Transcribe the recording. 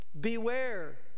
beware